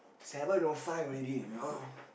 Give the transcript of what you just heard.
seven O five already eh you know